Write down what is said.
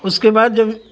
اس کے بعد جب